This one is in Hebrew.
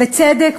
בצדק,